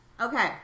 Okay